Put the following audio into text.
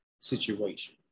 situation